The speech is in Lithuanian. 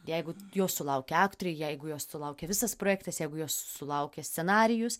jeigu jos sulaukia aktoriai jeigu jos sulaukia visas projektas jeigu jos sulaukia scenarijus